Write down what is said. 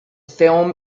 film